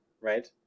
Right